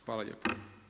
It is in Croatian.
Hvala lijepo.